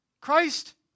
Christ